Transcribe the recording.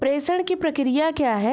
प्रेषण की प्रक्रिया क्या है?